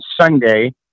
Sunday